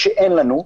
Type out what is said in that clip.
כשאין לנו,